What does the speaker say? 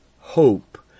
Hope